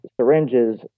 syringes